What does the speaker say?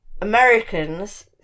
Americans